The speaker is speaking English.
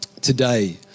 Today